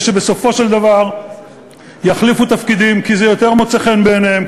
בסופו של דבר יחליפו תפקידים כי זה יותר מוצא חן בעיניהם,